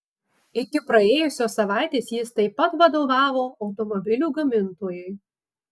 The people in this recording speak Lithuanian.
iki praėjusios savaitės jis taip pat vadovavo automobilių gamintojui